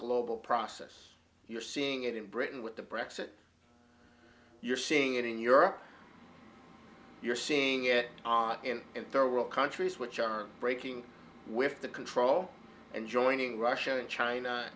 global process you're seeing it in britain with the press that you're seeing it in europe you're seeing it in third world countries which are breaking with the control and joining russia and china